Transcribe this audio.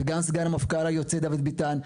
וגם סגן המפכ"ל היוצא דוד ביטן,